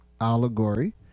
Allegory